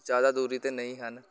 ਜ਼ਿਆਦਾ ਦੂਰੀ 'ਤੇ ਨਹੀਂ ਹਨ